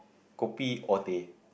kopi or teh